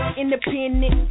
independent